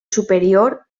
superior